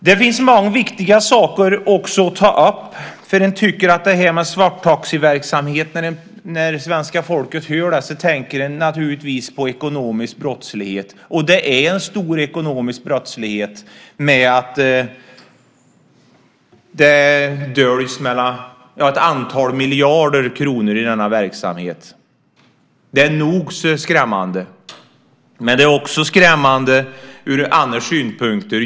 Det finns många viktiga saker att ta upp. När svenska folket hör om svarttaxiverksamhet så tänker de naturligtvis på ekonomisk brottslighet, och det är en stor ekonomisk brottslighet. Det döljs ett antal miljarder kronor i denna verksamhet. Det är nog så skrämmande, men det är också skrämmande ur andra synvinklar.